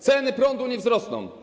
Ceny prądu nie wzrosną.